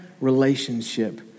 relationship